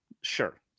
sure